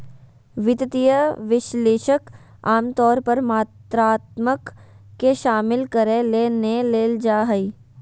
वित्तीय विश्लेषक आमतौर पर मात्रात्मक के शामिल करय ले नै लेल जा हइ